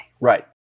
right